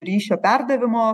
ryšio perdavimo